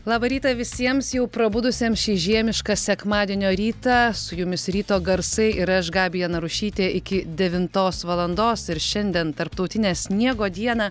labą rytą visiems jau prabudusiems šį žiemišką sekmadienio rytą su jumis ryto garsai ir aš gabija narušytė iki devintos valandos ir šiandien tarptautinę sniego dieną